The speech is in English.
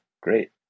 Great